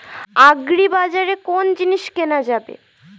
আগ্রিবাজারে কোন জিনিস কেনা যাবে?